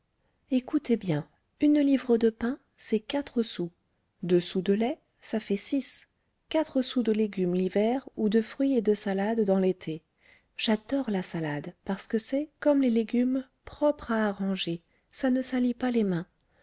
écoutez bien une livre de pain c'est quatre sous deux sous de lait ça fait six quatre sous de légumes l'hiver ou de fruits et de salade dans l'été j'adore la salade parce que c'est comme les légumes propre à arranger ça ne salit pas les mains